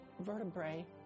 vertebrae